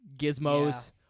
gizmos